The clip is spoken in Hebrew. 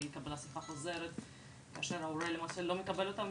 ואי קבלת שיחה חוזרת כאשר ההורה למעשה לא מקבל אותם.